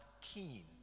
keen